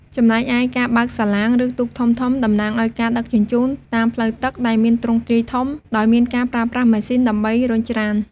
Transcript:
ចំណែកឯការបើកសាឡាង ឬទូកធំៗ តំណាងឲ្យការដឹកជញ្ជូនតាមផ្លូវទឹកដែលមានទ្រង់ទ្រាយធំ ដោយមានការប្រើប្រាស់ម៉ាស៊ីនដើម្បីរុញច្រាន។